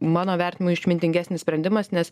mano vertinimu išmintingesnis sprendimas nes